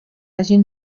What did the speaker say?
hagin